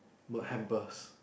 got hampers